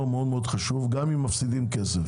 מאוד מאוד חשוב גם אם מפסידים כסף.